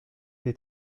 dei